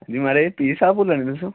जी म्हाराज P A साह्ब बोला ने तुस